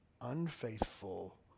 unfaithful